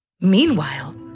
Meanwhile